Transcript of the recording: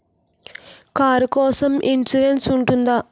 Car కోసం insurance ఉంటుందా?